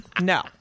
no